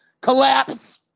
Collapse